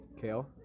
Kale